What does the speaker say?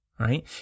Right